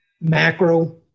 macro